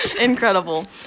incredible